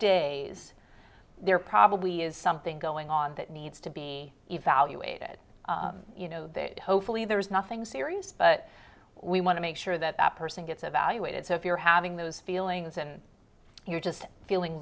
days there probably is something going on that needs to be evaluated you know that hopefully there's nothing serious but we want to make sure that that person gets evaluated so if you're having those feelings and you're just feeling